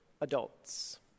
adults